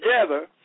together